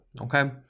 okay